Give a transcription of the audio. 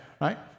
right